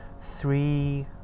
three